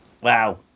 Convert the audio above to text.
Wow